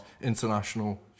international